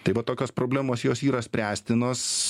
tai va tokios problemos jos yra spręstinos